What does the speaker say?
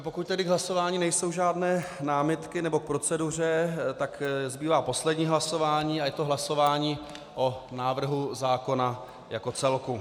Pokud tedy k hlasování nejsou žádné námitky, nebo k proceduře, tak zbývá poslední hlasování a je to hlasování o návrhu zákona jako celku.